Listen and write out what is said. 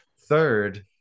third